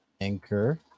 Anchor